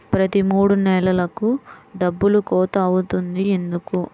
ప్రతి మూడు నెలలకు డబ్బులు కోత అవుతుంది ఎందుకు?